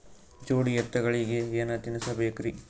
ಜೋಡಿ ಎತ್ತಗಳಿಗಿ ಏನ ತಿನಸಬೇಕ್ರಿ?